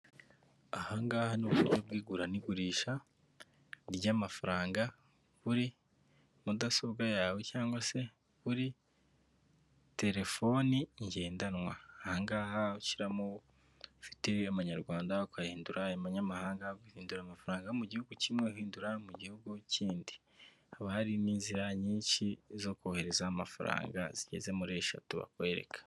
Ahangaha ni uburyo bw'igura n'igurisha ry'amafaranga, kuri mudasobwa yawe cyangwa se kuri telefoni ngendanwa, ahangaha ushyiramo ufite amanyarwanda ukayahindura amanyamahanga, guhindura amafaranga mu gihugu kimwe ukayahindura mu gihugu kindi, hakaba hari n'inzira nyinshi zo kohereza amafaranga zigeze muri eshatu bakwereka.